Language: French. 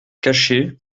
caché